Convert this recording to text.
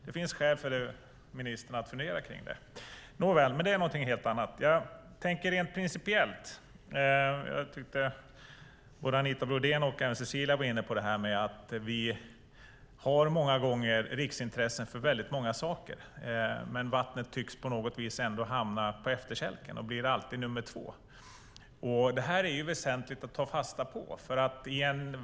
Det finns skäl för ministern att fundera på det. Både Anita Brodén och Cecilia Dalman Eek var inne på att vi har riksintressen för många saker, men att vattnet hamnar på efterkälken och blir nummer två. Det är väsentligt att ta fasta på.